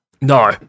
No